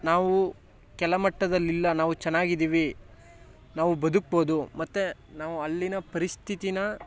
ನಾವು ಕೆಳಮಟ್ಟದಲ್ಲಿಲ್ಲ ನಾವು ಚೆನ್ನಾಗಿದೀವಿ ನಾವು ಬದುಕ್ಬೋದು ಮತ್ತು ನಾವು ಅಲ್ಲಿನ ಪರಿಸ್ಥಿತಿ